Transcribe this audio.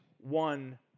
one